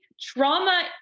Trauma